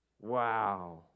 Wow